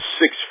six